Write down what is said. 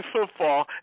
football